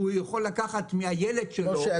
הוא יכול לקחת מהילד שלו --- משה,